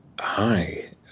Hi